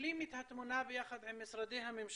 נשלים את התמונה ביחד עם משרדי הממשלה.